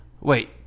Wait